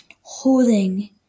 holding